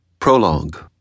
Prologue